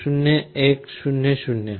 0 1 0 0